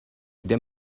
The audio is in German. der